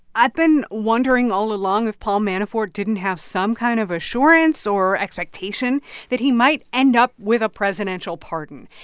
i've been wondering all along if paul manafort didn't have some kind of assurance or expectation that he might end up with a presidential pardon.